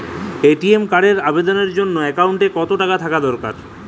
ATM কার্ডের আবেদনের জন্য অ্যাকাউন্টে কতো টাকা থাকা দরকার?